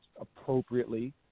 appropriately